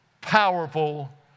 powerful